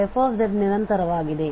f ನಿರಂತರವಾಗಿದೆ